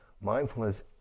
mindfulness